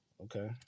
Okay